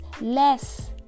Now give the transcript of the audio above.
less